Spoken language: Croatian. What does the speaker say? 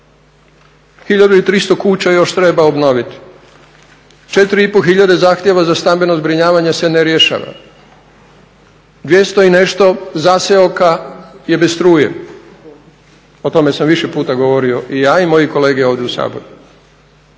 1300 kuća još treba obnoviti, 4500 zahtjeva za stambeno zbrinjavanje se ne rješava, 200 i nešto zaseoka je bez struje. O tome sam više puta govorio i ja i moji kolege ovdje u Saboru.